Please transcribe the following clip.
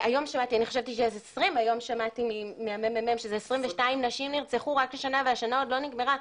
היום שמעתי מהממ"מ שזה 22 נשים שנרצחו רק השנה והשנה עוד לא נגמרה.